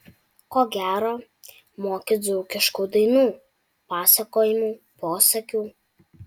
ko gero moki dzūkiškų dainų pasakojimų posakių